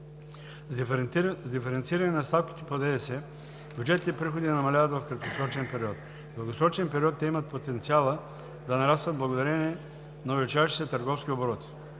С диференциране на ставките по ДДС бюджетните приходи намаляват в краткосрочен период. В дългосрочен период те имат потенциала да нарастват благодарение на увеличаващите се търговски обороти.